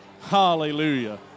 Hallelujah